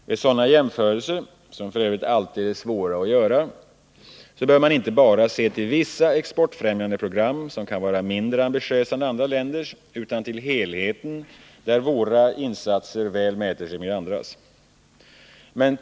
Vid sådana jämförelser — som f. ö. alltid är svåra att göra — bör man inte bara se till vissa exportfrämjande program som kan vara mindre ambitiösa än andra länders utan till helheten, där våra insatser väl mäter sig med andras.